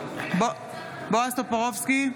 בועז טופורובסקי,